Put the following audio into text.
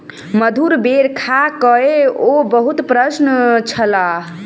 मधुर बेर खा कअ ओ बहुत प्रसन्न छलाह